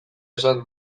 esan